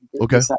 okay